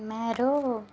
में यरो